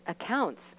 accounts